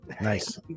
nice